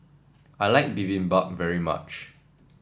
I like Bibimbap very much